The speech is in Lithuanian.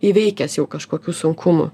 įveikęs jau kažkokių sunkumų